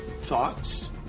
thoughts